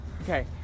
Okay